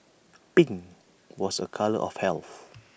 pink was A colour of health